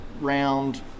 Round